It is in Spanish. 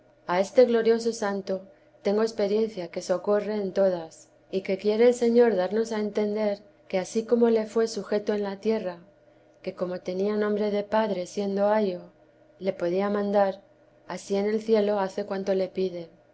a este glorioso santo tengo experiencia que socorre en todas y que quiere el señor darnos a entender que ansí como le fué sujeto en la tierra que como tenía nombre de paire siendo ayo le podía mandar ansí en el cielo hace cuanto le pide